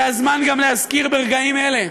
זה הזמן גם להזכיר ברגעים אלה